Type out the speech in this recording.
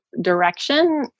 direction